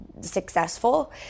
successful